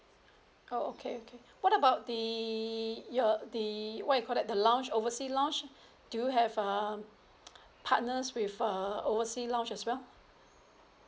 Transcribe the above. oh okay okay what about the uh the what you call that the lounge overseas lounge do you have um partners with err overseas lounge as well